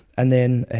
and then